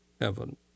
heaven